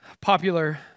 Popular